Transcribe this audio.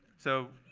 so,